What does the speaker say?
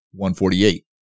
148